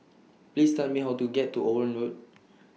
Please Tell Me How to get to Owen Road